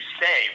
say